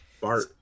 Bart